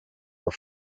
were